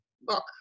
book